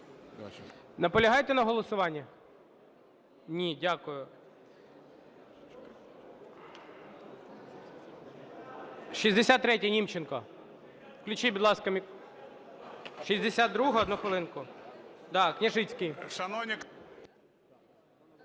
Наполягаєте на голосуванні? Ні. Дякую. 63-я, Німченко. Включіть, будь ласка… 62-а? Одну хвилинку. Да, Княжицький.